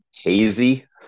hazy